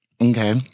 Okay